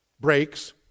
breaks